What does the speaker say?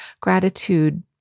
gratitude